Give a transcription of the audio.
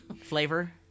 Flavor